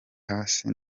hasi